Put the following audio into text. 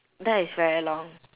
that is very long